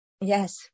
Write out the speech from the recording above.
yes